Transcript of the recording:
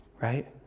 right